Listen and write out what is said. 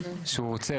שהוא רוצה,